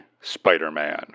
spider-man